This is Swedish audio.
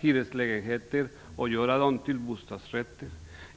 hyreslägenheter och göra dem till bostadsrätter.